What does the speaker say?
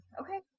Okay